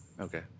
Okay